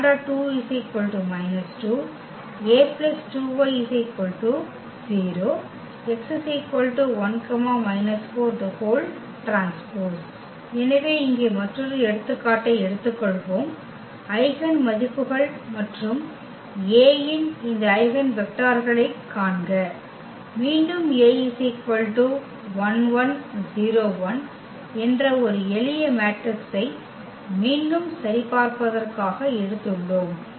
λ2 −2 A 2Ix 0 x 1 − 4T எனவே இங்கே மற்றொரு எடுத்துக்காட்டை எடுத்துக்கொள்வோம் ஐகென் மதிப்புகள் மற்றும் A இன் இந்த ஐகென் வெக்டர்களைக் காண்க மீண்டும் என்ற ஒரு எளிய மேட்ரிக்ஸை மீண்டும் சரிபார்ப்பதற்காக எடுத்துள்ளோம்